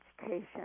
education